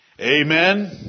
Amen